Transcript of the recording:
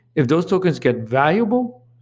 if those tokens get valuable,